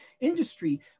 industry